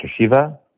Shiva